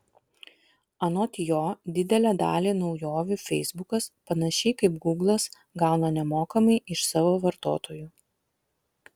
anot jo didelę dalį naujovių feisbukas panašiai kaip gūglas gauna nemokamai iš savo vartotojų